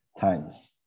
times